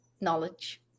knowledge